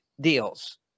deals